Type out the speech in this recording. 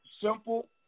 simple